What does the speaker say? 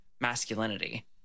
Masculinity